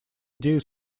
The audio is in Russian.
идею